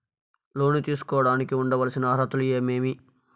లోను తీసుకోడానికి ఉండాల్సిన అర్హతలు ఏమేమి?